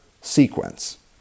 sequence